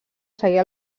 seguir